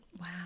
Wow